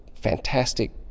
fantastic